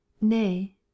Nay